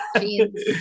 jeans